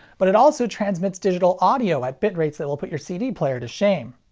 but it also transmits digital audio at bitrates that will put your cd player to shame.